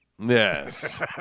Yes